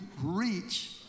reach